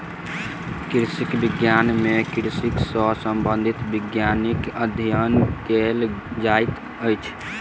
कृषि विज्ञान मे कृषि सॅ संबंधित वैज्ञानिक अध्ययन कयल जाइत छै